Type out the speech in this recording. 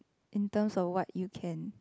in terms of what you can